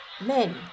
Men